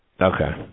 Okay